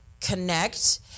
connect